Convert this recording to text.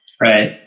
Right